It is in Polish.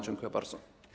Dziękuję bardzo.